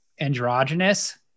androgynous